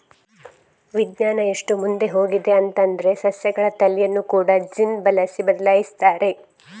ವಿಜ್ಞಾನ ಎಷ್ಟು ಮುಂದೆ ಹೋಗಿದೆ ಅಂತಂದ್ರೆ ಸಸ್ಯಗಳ ತಳಿಯನ್ನ ಕೂಡಾ ಜೀನ್ ಬಳಸಿ ಬದ್ಲಾಯಿಸಿದ್ದಾರೆ